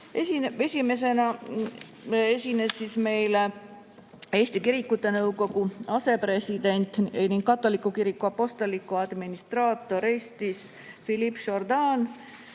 Esimesena esines meile Eesti Kirikute Nõukogu asepresident ning katoliku kiriku apostellik administraator Eestis Philippe Jourdan